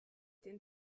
den